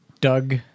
doug